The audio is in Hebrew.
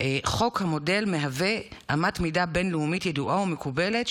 חוק המודל מהווה אמת מידה בין-לאומית ידועה ומקובלת,